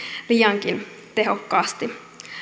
liiankin tehokkaasti